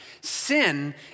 Sin